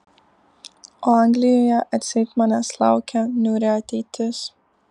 o anglijoje atseit manęs laukia niūri ateitis